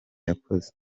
yakoze